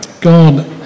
God